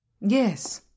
Yes